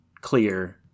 clear